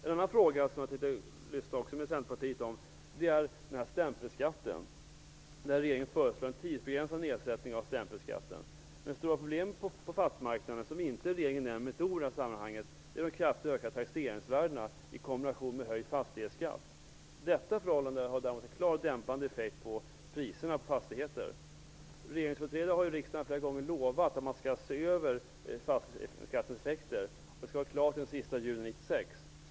En annan fråga som jag tänkte ta upp med Centerpartiet är stämpelskatten. Regeringen föreslår en tidsbegränsad nedsättning av stämpelskatten. Men det stora problemet på fastighetsmarknaden, som inte regeringen nämner med ett ord i detta sammanhang, är de kraftigt ökade taxeringsvärdena i kombination med höjd fastighetsskatt. Detta förhållande har en klart dämpande effekt på priserna på fastigheter. Regeringsföreträdare har i riksdagen flera gånger lovat att man skall se över fastighetsskattens effekter. Översynen skulle vara klar senast den sista juni 1996.